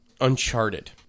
Uncharted